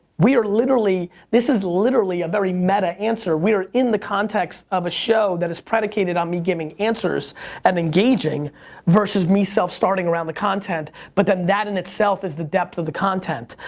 we are literally, this is literally a very meta-answer. we are in the context of a show that is predicated on me giving answers and engaging versus me self-starting around the content. but then, that in itself is the depth of the content.